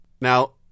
Now